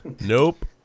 Nope